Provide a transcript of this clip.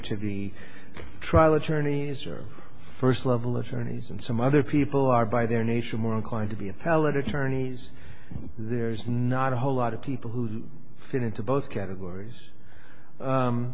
to the trial attorneys are first level attorneys and some other people are by their nature more inclined to be appellate attorneys there's not a whole lot of people who fit into both categories